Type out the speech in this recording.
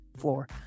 floor